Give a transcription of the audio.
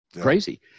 crazy